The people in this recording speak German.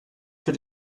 für